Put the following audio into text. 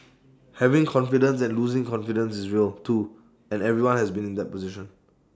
having confidence and losing confidence is real too and everyone has been in that position